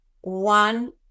one